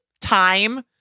time